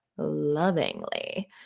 Lovingly